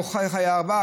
או ארבעה,